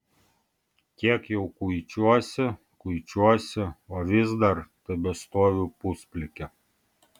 kiek jau kuičiuosi kuičiuosi o vis dar tebestoviu pusplikė